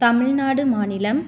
தமிழ்நாடு மாநிலம்